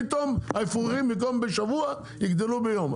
פתאום האפרוחים פתאום בשבוע יגדלו ביום,